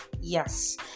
Yes